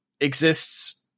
exists